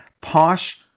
posh